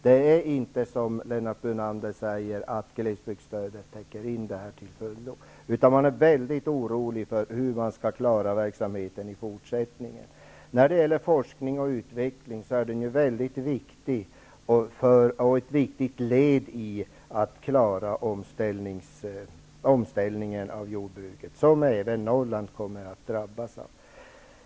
Det är inte som Lennart Brunander säger, att glesbygdsstödet täcker detta till fullo. Man är orolig för hur man skall klara verksamheten i fortsättningen. Forskning och utveckling är ett viktigt led i omställningen av jordbruket, som även Norrland kommer att drabbas av.